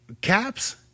caps